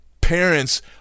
parents